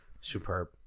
Superb